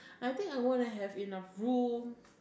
I think I wanna have enough room